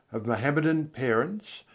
of mohammedan parents,